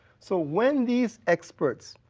so when these experts,